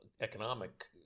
economic